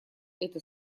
это